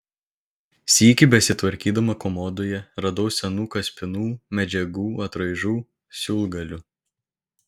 sykį besitvarkydama komodoje radau senų kaspinų medžiagų atraižų siūlgalių